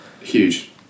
Huge